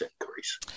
increase